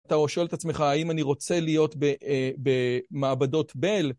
אתה שואל את עצמך, האם אני רוצה להיות במעבדות בל?